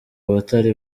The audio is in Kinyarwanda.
abatari